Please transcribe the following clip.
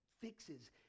fixes